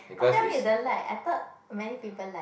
how come you don't like I thought many people like